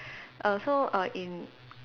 err so uh in